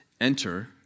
Enter